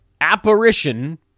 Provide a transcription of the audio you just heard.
apparition